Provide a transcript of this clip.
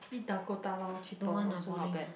eat Dakota lor cheaper also not bad